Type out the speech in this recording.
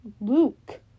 Luke